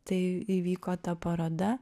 tai įvyko ta paroda